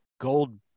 gold